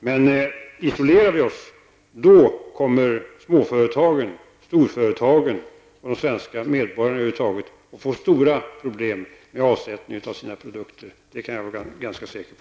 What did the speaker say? Men om vi isolerar oss kommer småföretagen, storföretagen och över huvud de svenska medborgarna att få stora problem med avsättningen av sina produkter. Det kan man vara säker på.